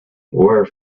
were